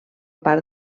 part